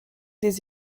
des